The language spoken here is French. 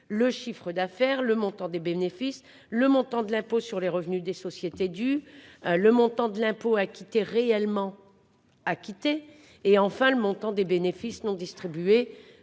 Le chiffre d'affaires. Le montant des bénéfices. Le montant de l'impôt sur les revenus des sociétés du. Le montant de l'impôt acquitté réellement. Quitter et enfin le montant des bénéfices non distribués